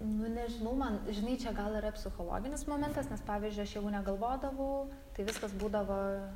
nu nežinau man žinai čia gal yra psichologinis momentas nes pavyzdžiui aš jeigu negalvodavau tai viskas būdavo